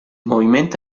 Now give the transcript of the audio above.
movimento